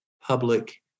public